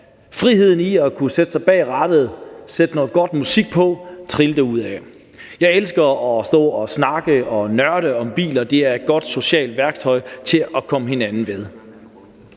friheden i at kunne sætte sig bag rattet, sætte noget god musik på, trille derudad. Jeg elsker at stå og snakke og nørde om biler. Det er et godt socialt værktøj til at komme hinanden ved.